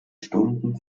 stunden